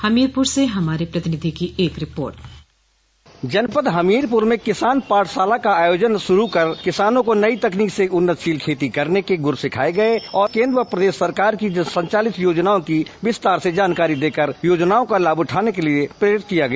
हमीरपुर से हमारे प्रतिनिधि की एक रिपोर्ट जनपद हमीरपुर में किसान पाठशाला का आयोजन शुरू कर किसानों को नई तकनीक से उन्नतशील खेती करने के गुर सिखाये गये और केंद्र व प्रदेश सरकार की संचालित योजनाओं की विस्तार से जानकारी देकर योजनाओं का लाभ उठाने के लिये प्रेरित किया गया